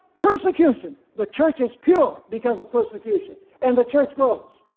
persecution, the church is pure because of persecution, and the church grows.